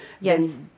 yes